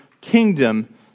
kingdom